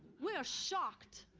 we are shocked.